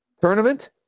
tournament